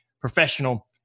professional